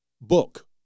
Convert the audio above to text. book